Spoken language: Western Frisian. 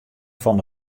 fan